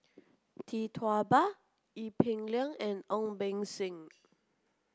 Tee Tua Ba Ee Peng Liang and Ong Beng Seng